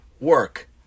work